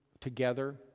together